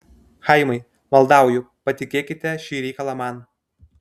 chaimai maldauju patikėkite šį reikalą man